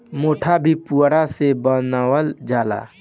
मोढ़ा भी पुअरा से बनावल जाला